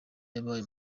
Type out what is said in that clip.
yabaye